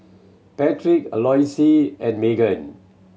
Patric Eloise and Magen